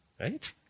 Right